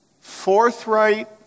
forthright